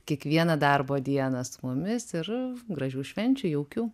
kiekvieną darbo dieną su mumis ir gražių švenčių jaukių